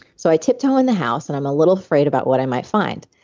so i tiptoe in the house and i'm a little afraid about what i might find.